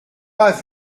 pas